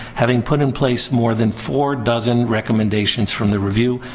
having put in place more than four dozen recommendations from the review,